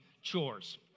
chores